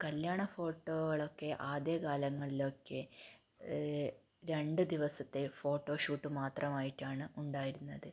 കല്യാണ ഫോട്ടോകളൊക്കെ ആദ്യ കാലങ്ങളിലൊക്കെ രണ്ട് ദിവസത്തെ ഫോട്ടോ ഷൂട്ട് മാത്രമായിട്ടാണ് ഉണ്ടായിരുന്നത്